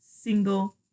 single